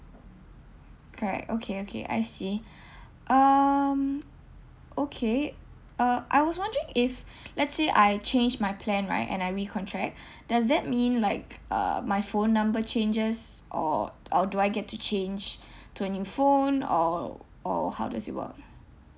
correct okay okay I see um okay uh I was wondering if let's say I change my plan right and I recontract does that mean like uh my phone number changes or or do I get to change to a new phone or or how does it work